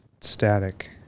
static